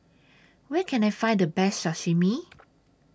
Where Can I Find The Best Sashimi